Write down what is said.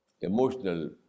emotional